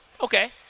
Okay